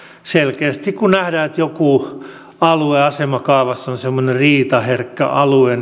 selkeästi kun nähdään että joku alue asemakaavassa on semmoinen riitaherkkä alue